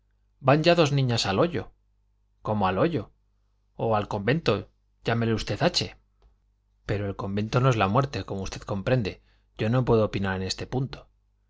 van ya dos niñas al hoyo cómo al hoyo o al convento llámelo usted hache pero el convento no es la muerte como usted comprende yo no puedo opinar en este punto